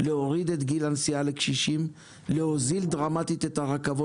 להוריד את גיל הנסיעה לקשישים; להוזיל דרמטית את מחיר הנסיעה ברכבת